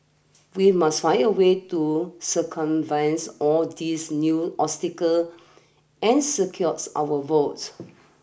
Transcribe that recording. we must find a way to circumvent all these new obstacle and secures our votes